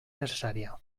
necessària